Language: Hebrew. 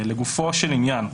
לגופו של עניין.